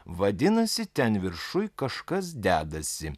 vadinasi ten viršuj kažkas dedasi